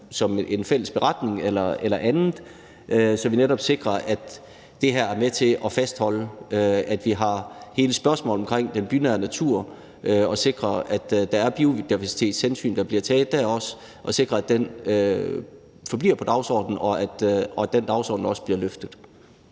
som en fælles beretning eller andet, så vi netop sikrer, at det her er med til at fastholde, at vi har fokus på hele spørgsmålet omkring den bynær natur og sikrer, at der er biodiversitetshensyn, der også bliver taget der, så vi sikrer, at de forbliver på dagsordenen, og at den dagsorden også bliver løftet.